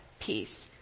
peace